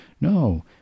No